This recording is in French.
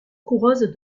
coureuse